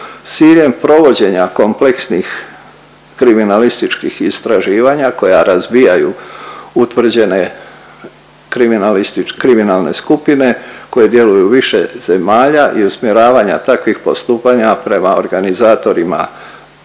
ciljem provođenja kompleksnih kriminalističkih istraživanja koja razbijaju utvrđene kriminalist… kriminalne skupine koje djeluju u više zemalja i usmjeravanja takvih postupanja prema organizatorima